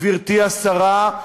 גברתי השרה,